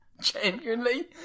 Genuinely